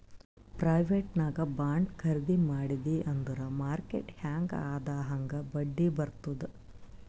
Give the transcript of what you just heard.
private ನಾಗ್ bond ಖರ್ದಿ ಮಾಡಿದಿ ಅಂದುರ್ ಮಾರ್ಕೆಟ್ ಹ್ಯಾಂಗ್ ಅದಾ ಹಾಂಗ್ ಬಡ್ಡಿ ಬರ್ತುದ್